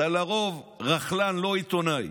לרוב אתה רכלן, לא עיתונאי.